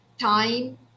time